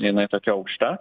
jinai tokia aukšta